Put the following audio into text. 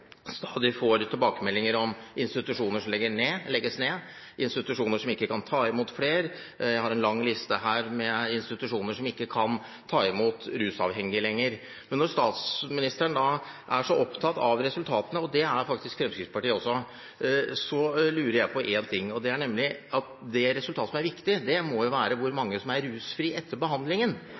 stadig får tilbakemeldinger om institusjoner som legges ned, institusjoner som ikke kan ta imot flere – jeg har en lang liste her over institusjoner som ikke lenger kan ta imot rusavhengige. Men når statsministeren er så opptatt av resultatene – og det er faktisk Fremskrittspartiet også – så lurer jeg på én ting: Det resultatet som er viktig, må jo være hvor mange som er rusfrie etter behandlingen,